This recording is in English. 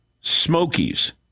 smokies